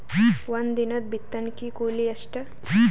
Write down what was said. ಒಂದಿನದ ಬಿತ್ತಣಕಿ ಕೂಲಿ ಎಷ್ಟ?